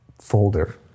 folder